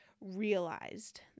realized